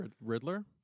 Riddler